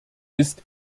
ist